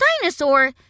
Dinosaur